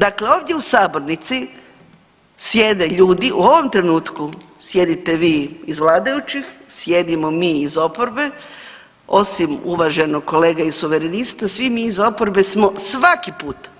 Dakle, ovdje u sabornici sjede ljudi u ovom trenutku sjedite vi iz vladajućih, sjedimo mi iz oporbe, osim uvaženog kolege iz Suverenista, svi mi iz oporbe smo svaki puta